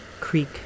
creek